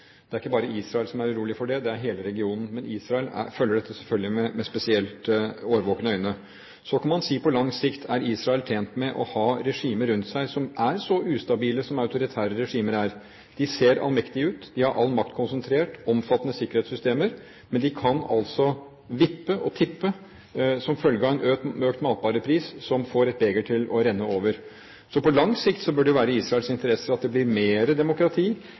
Det er ikke bare Israel som er urolig for det, det er hele regionen. Men Israel følger dette selvfølgelig med spesielt årvåkne øyne. Så kan man si: Er Israel på lang sikt tjent med å ha regimer rundt seg som er så ustabile som autoritære regimer er? De ser allmektige ut, de har all makt konsentrert, omfattende sikkerhetssystemer – men de kan altså vippe, og tippe, som følge av en økt matvarepris som får et beger til å renne over. Så på lang sikt bør det være i Israels interesse at det blir mer demokrati,